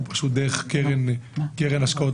אלא דרך קרן השקעות.